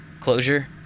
Closure